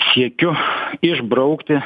siekiu išbraukti